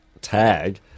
tag